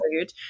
food